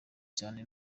cyane